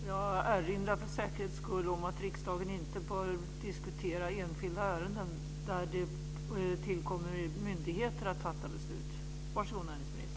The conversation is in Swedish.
Jag erinrar för säkerhets skull om att riksdagen inte bör diskutera enskilda ärenden där det ankommer på myndigheter att fatta beslut.